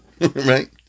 right